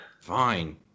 Fine